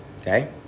Okay